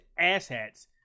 asshats